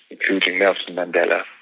including nelson mandela.